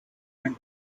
and